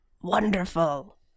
wonderful